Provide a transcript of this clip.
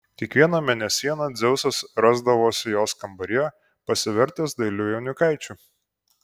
kiekvieną mėnesieną dzeusas rasdavosi jos kambaryje pasivertęs dailiu jaunikaičiu